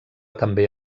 també